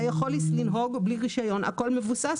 אתה יכול לנהוג בלי רשיון הכול מבוסס